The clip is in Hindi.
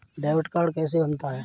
डेबिट कार्ड कैसे बनता है?